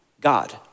God